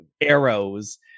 arrows